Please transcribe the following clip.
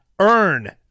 Earn